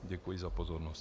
Děkuji za pozornost.